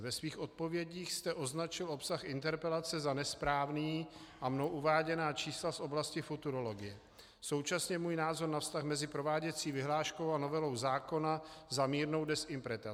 Ve svých odpovědích jste označil obsah interpelace za nesprávný a mnou uváděná čísla z oblasti futurologie, současný můj názor na vztah mezi prováděcí vyhláškou a novelou zákona za mírnou dezinterpretaci.